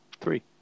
Three